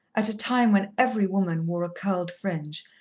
at a time when every woman wore a curled fringe,